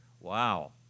Wow